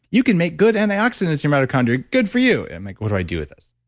you can make good antioxidants, your mitochondria good for you. and i'm like, what do i do with this?